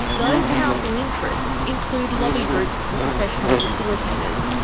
those powerful interests include lobby groups for professional facilitators.